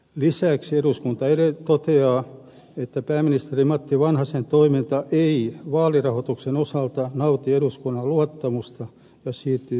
lisäksi eduskunta toteaa että pääministeri matti van hasen toiminta ei vaalirahoituksen osalta nauti eduskunnan luottamusta ja siirtyy päiväjärjestykseen